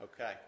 Okay